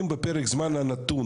אם בפרק זמן הנתון,